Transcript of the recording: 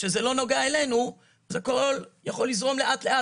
כשזה לא נוגע אלינו אז הכל יכול לזרום לאט-לאט,